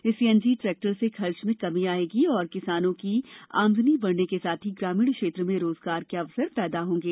इस CNG tractor से खर्च में कमी आयेगी तथा किसानों की आमदनी बढने के साथ ही ग्रामीण क्षेत्र में रोजगार के अवसर पैदा होंगे